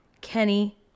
Kenny